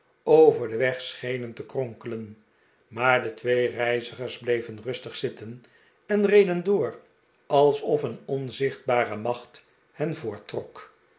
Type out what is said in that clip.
over den weg schenen te kronkelen maar de twee reizigers bleven rustig zitten en reden door alsof een onzichtbare macht hen